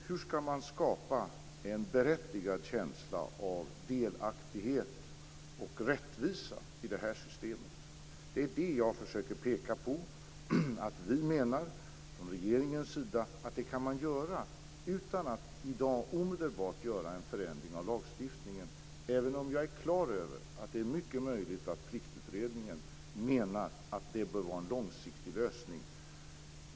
Hur skall man skapa en berättigad känsla av delaktighet och rättvisa i det systemet? Jag försöker peka på att regeringen menar att detta går att göra utan att omedelbart i dag göra en förändring av lagstiftningen. Jag är klar över att Pliktutredningen menar att det bör vara en långsiktig lösning.